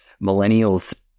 millennials